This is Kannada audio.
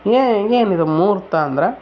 ಏಯ್ ಏನಿದು ಮೂರ್ತ ಅಂದ್ರೆ